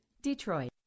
DETROIT